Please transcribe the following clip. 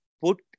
put